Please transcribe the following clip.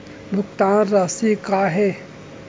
भुगतान राशि का हे?